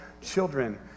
children